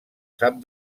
sap